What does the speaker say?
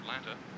Atlanta